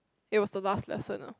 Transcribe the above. it was the last lesson